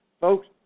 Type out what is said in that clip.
folks